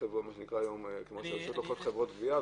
כמו שעושות חברות גבייה,